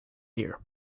here